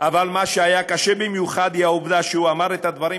והתוצאה תהיה כמובן הקטנת האלימות